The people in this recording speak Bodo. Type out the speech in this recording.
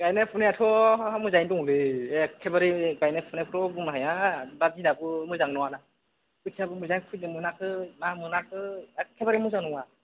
गायनाय फुनायाथ' मोजाङै दंलै एकेबारे गायनाय फुनायखौथ' बुंनो हाया दा दिनाबो मोजां नङाना खोथियाबो मोजां खुयनो मोनाखै मा मोनाखै एकेबारे मोजां नङा